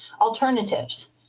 Alternatives